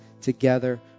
together